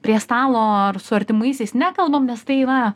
prie stalo ar su artimaisiais nekalbam nes tai va